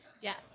Yes